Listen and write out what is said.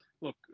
look